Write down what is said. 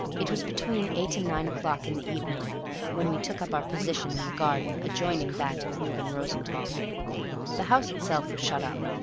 it was between eight and nine o'clock in the evening when we took up our position in the garden adjoining that of reuben rosenthall the house itself was shut up,